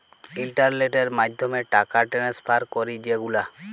ইলটারলেটের মাধ্যমে টাকা টেনেসফার ক্যরি যে গুলা